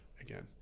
again